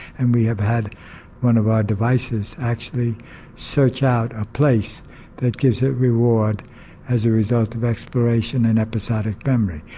and we have had one of our devices actually search out a place that gives a reward as a result of exploration in episodic memory.